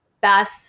best